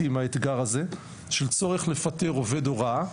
עם האתגר הזה של הצורך לפטר עובד הוראה.